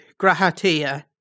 Grahatia